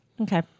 Okay